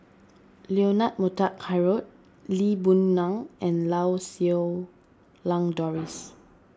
Leonard Montague Harrod Lee Boon Ngan and Lau Siew Lang Doris